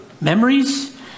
memories